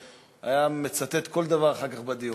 והיה מצטט כל דבר אחר כך בדיון.